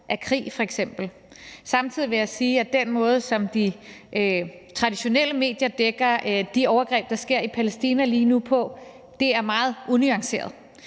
krig. Samtidig vil jeg sige, at den måde, som de traditionelle medier dækker de overgreb, der sker i Palæstina lige nu, på, er meget unuanceret.